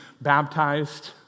baptized